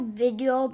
video